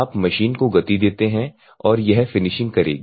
आप मशीन को गति देते हैं और यह फिनिशिंग करेगी